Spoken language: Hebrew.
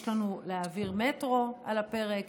יש לנו להעביר מטרו על הפרק,